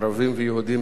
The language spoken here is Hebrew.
בכפר-קאסם,